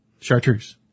chartreuse